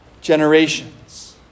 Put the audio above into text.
generations